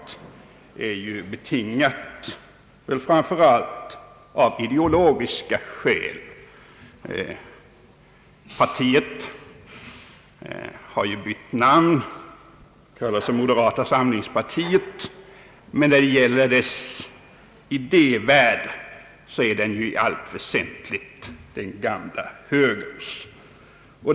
Detta ställningstagande torde framför allt vara betingat av ideologiska skäl. Partiet har ju bytt namn till moderata samlingspartiet, men dess idévärld är i allt väsentligt den gamla högerns.